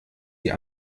die